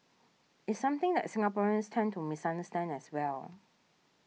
it's something that Singaporeans tend to misunderstand as well